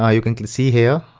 ah you can can see here,